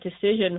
decision